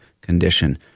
condition